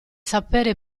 sapere